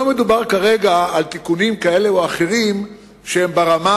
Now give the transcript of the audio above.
לא מדובר כרגע על תיקונים כאלה או אחרים שהם ברמה